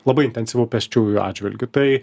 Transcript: labai intensyvu pėsčiųjų atžvilgiu tai